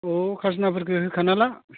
अह खाजोनाफोरखो होखाना ला